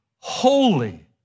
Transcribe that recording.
Holy